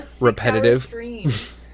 repetitive